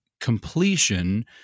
completion